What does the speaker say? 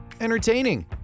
entertaining